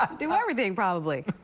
um do everything probably.